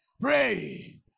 Pray